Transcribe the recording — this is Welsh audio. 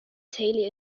teulu